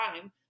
time